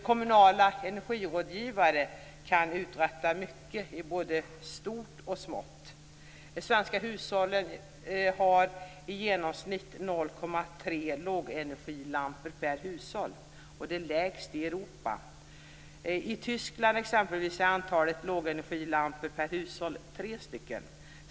Kommunala energirådgivare kan uträtta oerhört mycket i både stort och smått. Svenska hushåll har i genomsnitt 0,3 lågenergilampor per hushåll. Det är lägst i Europa. I Tyskland exempelvis är antalet lågenergilampor per hushåll 3.